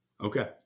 Okay